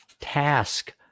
task